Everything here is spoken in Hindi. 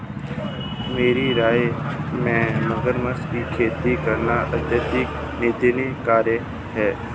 मेरी राय में मगरमच्छ की खेती करना अत्यंत निंदनीय कार्य है